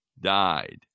died